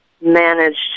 managed